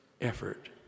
effort